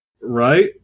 Right